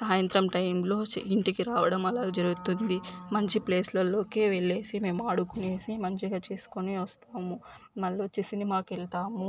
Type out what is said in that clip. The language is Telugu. సాయంత్రం టైంలో చేయి ఇంటికి రావడం అలాగా జరుగుతుంది మంచి ప్లేస్లలోకి వెళ్లేసి మేము ఆడుకునేసి మంచిగా చేసుకుని వస్తాము మల్ల వచ్చేసి సినిమాకి వెళ్తాము